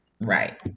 right